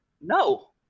No